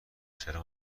چرا